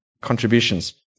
contributions